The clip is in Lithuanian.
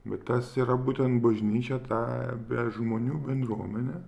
bet tas yra būtent bažnyčia ta be žmonių bendruomenė